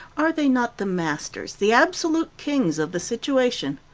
are they not the masters, the absolute kings of the situation?